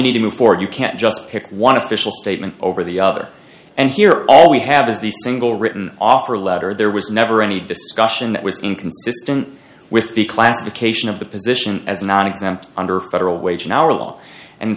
need to move forward you can't just pick one official statement over the other and here all we have is the single written offer letter there was never any discussion that was inconsistent with the classification of the position as nonexempt under federal wage and hour law and in